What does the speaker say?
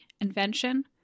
invention